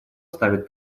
ставят